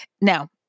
Now